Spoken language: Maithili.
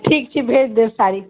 ठीक छै भेज देब साड़ी